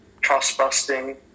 trust-busting